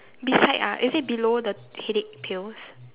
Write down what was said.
beside ah is it below the headache pills